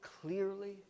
clearly